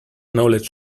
knowledge